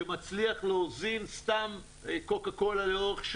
ובהחלט, אנחנו פה כדי להגן על הצרכנים ועל הכשלים